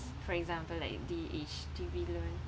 for example like the H_D_B loan